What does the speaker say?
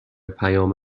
پیام